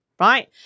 right